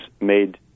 made